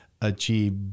achieve